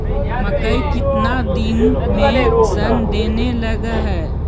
मकइ केतना दिन में शन देने लग है?